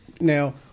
Now